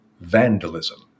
vandalism